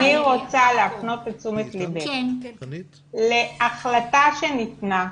אני רוצה להפנות את תשומת ליבך להחלטה שניתנה,